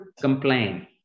complain